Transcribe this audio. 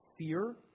fear